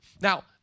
Now